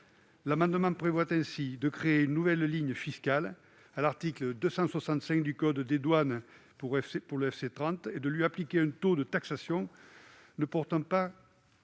amendement vise à créer une nouvelle ligne fiscale à l'article 265 du code des douanes pour le F30 et à lui appliquer un taux de taxation ne portant pas